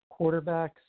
Quarterbacks